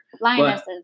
lionesses